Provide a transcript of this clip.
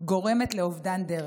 גורמת לאובדן דרך,